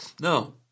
No